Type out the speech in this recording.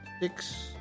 Six